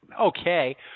Okay